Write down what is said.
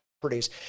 properties